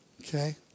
okay